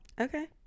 Okay